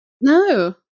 No